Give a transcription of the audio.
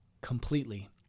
completely